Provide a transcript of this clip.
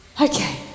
Okay